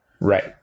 Right